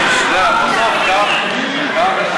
באמת.